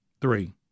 Three